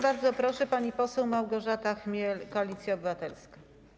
Bardzo proszę, pani poseł Małgorzata Chmiel, Koalicja Obywatelska.